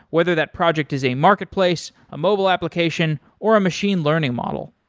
whether that project is a marketplace, a mobile application or a machine learning model.